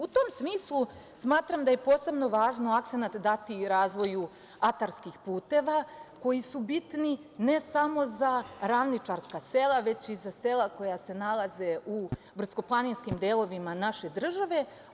U tom smislu, smatram da je posebno važno akcenat dati razvoju atarskih puteva, koji su bitni ne samo za ravničarska sela, već i za sela koja se nalaze u brdsko-planinskim delovima naše države.